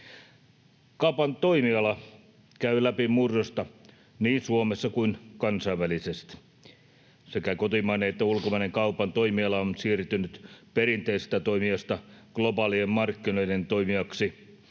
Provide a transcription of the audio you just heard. Kaupan toimiala käy läpi murrosta niin Suomessa kuin kansainvälisesti. Sekä kotimainen että ulkomainen kaupan toimiala on siirtynyt perinteisestä toimijasta globaalien markkinoiden toimijaksi,